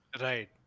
right